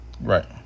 Right